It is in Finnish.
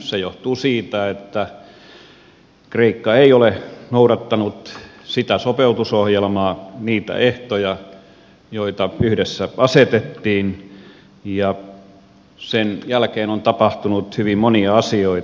se johtuu siitä että kreikka ei ole noudattanut sitä sopeutusohjelmaa niitä ehtoja joita yhdessä asetettiin ja sen jälkeen on tapahtunut hyvin monia asioita